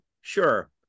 sure